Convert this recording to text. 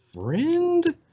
friend